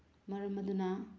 ꯃꯔꯝ ꯑꯗꯨꯅ